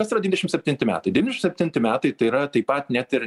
kas yra devyniasdešim septinti metai devyniasdešim septinti metai tai yra taip pat net ir